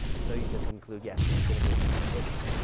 so you could conclude, yes, it's going to be a compressed liquid.